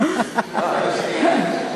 בשדולה לפתרון הסכסוך.